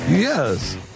Yes